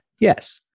Yes